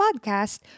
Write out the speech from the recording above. podcast